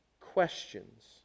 questions